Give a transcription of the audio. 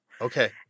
Okay